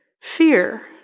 fear